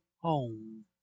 home